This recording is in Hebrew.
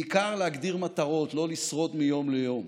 בעיקר, להגדיר מטרות, לא לשרוד מיום ליום,